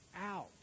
out